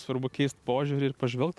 svarbu keist požiūrį ir pažvelgt